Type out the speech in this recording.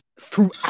throughout